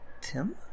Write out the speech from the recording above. Tim